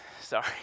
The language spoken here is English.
sorry